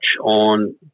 on